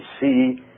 see